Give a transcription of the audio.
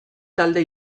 talde